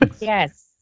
Yes